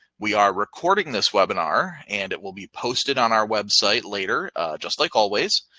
we are recording this webinar and it will be posted on our website later just like always.